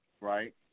right